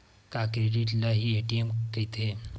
का क्रेडिट ल हि ए.टी.एम कहिथे?